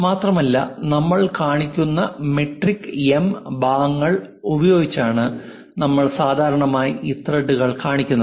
മാത്രമല്ല നമ്മൾ കാണിക്കുന്ന മെട്രിക് എം ഭാഗങ്ങൾ ഉപയോഗിച്ചാണ് നമ്മൾ സാധാരണയായി ഈ ത്രെഡുകൾ കാണിക്കുന്നത്